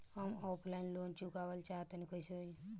हम offline loan चुकावल चाहऽ तनि कइसे होई?